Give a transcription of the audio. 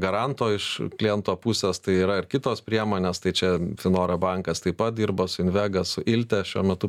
garanto iš kliento pusės tai yra ir kitos priemonės tai čia finora bankas taip pat dirba su invega su ilte šiuo metu